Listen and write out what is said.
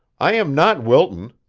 i am not wilton,